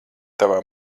tavā